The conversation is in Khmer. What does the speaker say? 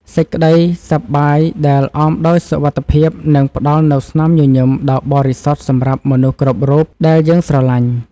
សេចក្តីសប្បាយដែលអមដោយសុវត្ថិភាពនឹងផ្តល់នូវស្នាមញញឹមដ៏បរិសុទ្ធសម្រាប់មនុស្សគ្រប់រូបដែលយើងស្រឡាញ់។